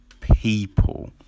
people